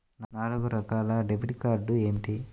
నాలుగు రకాల డెబిట్ కార్డులు ఏమిటి?